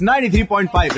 93.5